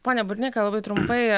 pone burneika labai trumpai